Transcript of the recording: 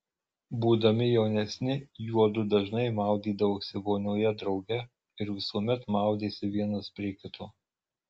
būdami jaunesni juodu dažnai maudydavosi vonioje drauge ir visuomet maudėsi vienas prie kito